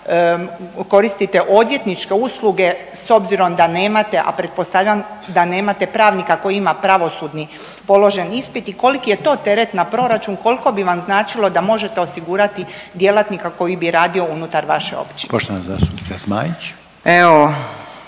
koristite odvjetničke usluge s obzirom da nemate, a pretpostavljam da nemate pravnika koji ima pravosudni položen ispit i koliki je to teret na proračun, koliko bi vam značilo da možete osigurati djelatnika koji bi radio unutar vaše općine. **Reiner, Željko